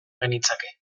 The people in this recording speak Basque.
genitzake